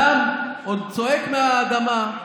הדם עוד צועק מהאדמה,